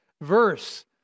verse